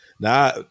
now